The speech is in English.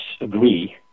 agree